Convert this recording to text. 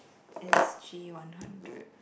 S_G one hundred